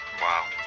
Wow